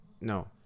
no